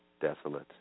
Desolate